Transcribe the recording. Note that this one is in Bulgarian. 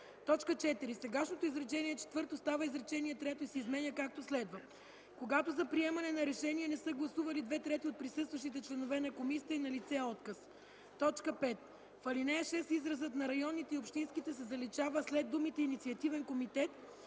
второ. 4. Сегашното изречение четвърто става изречение трето и се изменя, както следва: „Когато за приемане на решение не са гласували две трети от присъстващите членове на комисията, е налице отказ.” 5. В ал. 6 изразът „на районните и общинските” се заличава, а след думите „инициативен комитет”